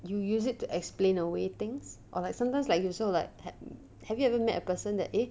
you use it to explain away things or like sometimes like you also like had have you ever met a person that eh